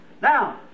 Now